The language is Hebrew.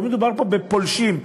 לא מדובר פה בפולשים.